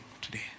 today